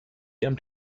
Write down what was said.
ihrem